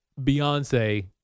Beyonce